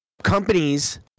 companies